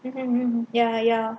mm mm ya ya